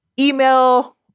email